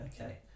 Okay